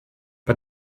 bei